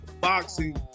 boxing